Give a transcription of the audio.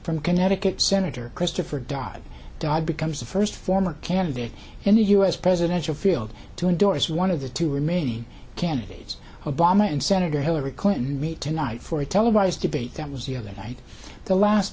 from connecticut senator christopher dodd dodd becomes the first former candidate in the u s presidential field to endorse one of the two remaining candidates obama and senator hillary clinton meet tonight for a televised debate that was the other night the last